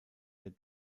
der